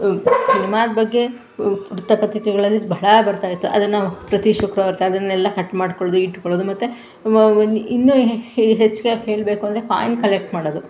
ಸಿನಿಮಾದ ಬಗ್ಗೆ ವೃತ್ತಪತ್ರಿಕೆಗಳಲ್ಲಿ ಬಹಳ ಬರ್ತಾಯಿತ್ತು ಅದನ್ನು ಪ್ರತಿ ಶುಕ್ರವಾರ ಅದನ್ನೆಲ್ಲ ಕಟ್ ಮಾಡ್ಕೊಳೋದು ಇಟ್ಕೊಳೋದು ಮತ್ತು ಇನ್ನೂ ಹೆಚ್ಚಿಗೆ ಹೇಳಬೇಕು ಅಂದರೆ ಕಾಯಿನ್ ಕಲೆಕ್ಟ್ ಮಾಡೋದು